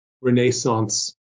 renaissance